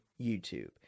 youtube